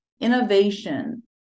innovation